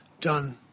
done